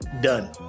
done